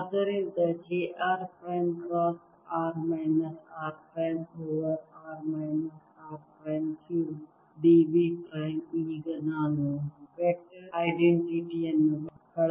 ಆದ್ದರಿಂದ j r prime cross r minus r prime over r minus r prime cubed d v prime ಈಗ ನಾನು vector identity ಯನ್ನು ಬಳಸಲಿದ್ದೇನೆ